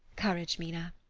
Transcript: courage, mina!